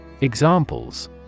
Examples